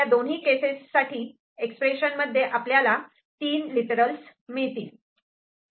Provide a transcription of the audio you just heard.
या दोन्ही केसेससाठी एक्सप्रेशन मध्ये तीन लिटरस्ल मिळतात